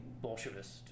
Bolshevist